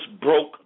broke